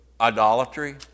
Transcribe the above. idolatry